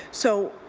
so